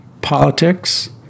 politics